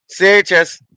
CHS